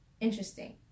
interesting